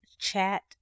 chat